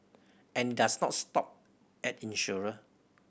and does not stop at insurer